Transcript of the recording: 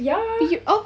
ya